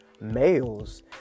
males